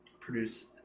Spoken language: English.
produce